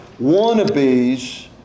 wannabes